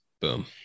Boom